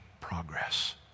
progress